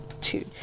two